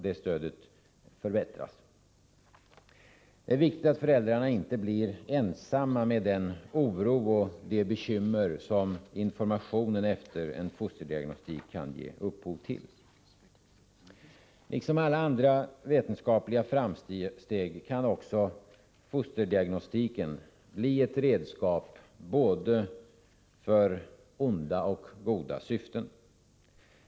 Det är viktigt att föräldrarna inte blir ensamma med den oro och de bekymmer som informationen efter en fosterdiagnostik kan ge upphov till. Liksom alla andra vetenskapliga framsteg kan fosterdiagnostiken bli ett redskap för både onda och goda syften.